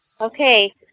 Okay